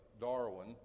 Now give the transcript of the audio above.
Darwin